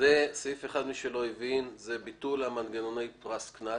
סעיף (1) פירושו ביטול מנגנוני פרס-קנס.